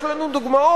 יש לנו דוגמאות,